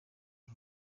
uru